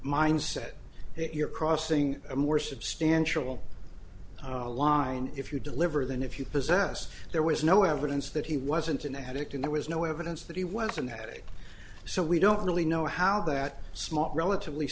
mindset that you're crossing a more substantial line if you deliver than if you possess there was no evidence that he wasn't an addict and there was no evidence that he was in that way so we don't really know how that small relatively